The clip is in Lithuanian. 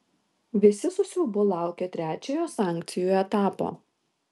visi su siaubu laukia trečiojo sankcijų etapo